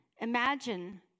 Imagine